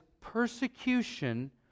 persecution